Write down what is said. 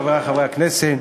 חברי חברי הכנסת,